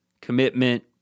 commitment